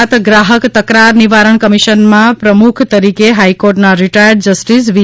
ગુજરાત ગ્રાહક તકરાર નિવારણ કમિશનમાં પ્રમુખ તરીકે હાઇકોર્ટના રીટાયર્ડ જસ્ટીસ વી